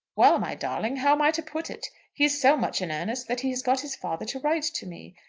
well, my darling how am i to put it? he is so much in earnest that he has got his father to write to me.